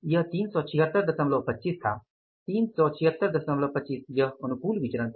वह 37625 था 376252 यह अनुकूल विचरण था